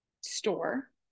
store